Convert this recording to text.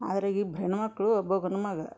ಅದ್ರಗ ಇಬ್ ಹೆಣ್ಮಕ್ಕಳು ಒಬ್ಬ ಗಂಡ್ಮಗ